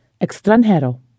extranjero